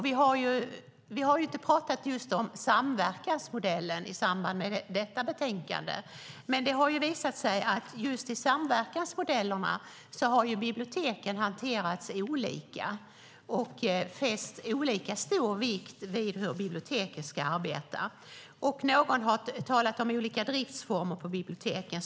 Vi har inte talat om samverkansmodellen i samband med detta betänkande, men det har visat sig att just i samverkansmodellerna har biblioteken hanterats olika och fäst olika stor vikt vid hur biblioteken ska arbeta. Någon har talat om olika driftsformer på biblioteken.